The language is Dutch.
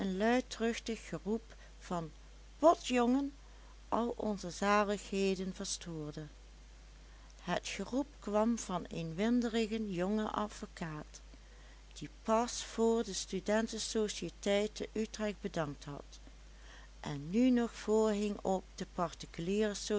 luidruchtig geroep van pot jongen al onze zaligheden verstoorde het geroep kwam van een winderigen jongen advocaat die pas voor de studentensociëteit te utrecht bedankt had en nu nog voorhing op de particuliere